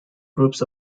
groups